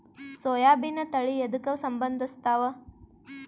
ಸೋಯಾಬಿನ ತಳಿ ಎದಕ ಸಂಭಂದಸತ್ತಾವ?